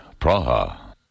Praha